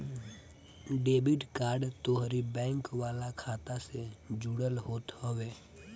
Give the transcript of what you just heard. debit card तोहरी bank वाला खाता से जुड़ल होत हवे